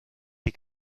die